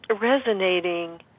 resonating